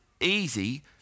easy